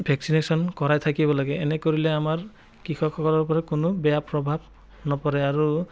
vaccination কৰাই থাকিব লাগে এনে কৰিলে আমাৰ কৃষকসকলৰ ওপৰত কোনো বেয়া প্ৰভাৱ নপৰে আৰু